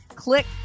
Click